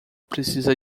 precisa